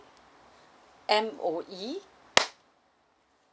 M_O_E